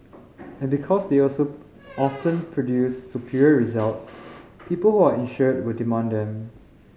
and because they also often produce superior results people who are insured will demand them